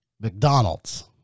McDonald's